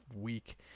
week